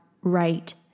right